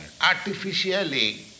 Artificially